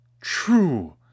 true